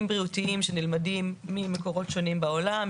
בריאותיים שנלמדים ממקורות שונים בעולם,